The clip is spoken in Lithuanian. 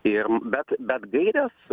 ir bet bet gairės